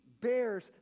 bears